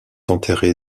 enterré